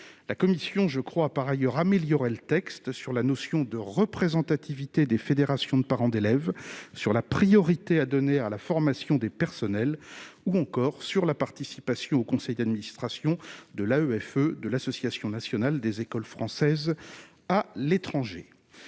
la commission je crois par ailleurs améliorer le texte sur la notion de représentativité des fédérations de parents d'élèves sur la priorité à donner à la formation des personnels ou encore sur la participation au conseil d'administration de l'AEF de l'association nationale des écoles françaises à l'étranger,